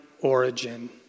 origin